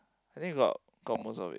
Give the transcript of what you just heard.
I think we got got most of it